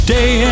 Day